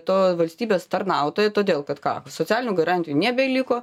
to valstybės tarnautojo todėl kad ką socialinių garantijų nebeliko